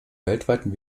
weltweiten